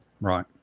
Right